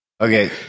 Okay